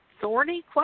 thorny